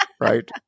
right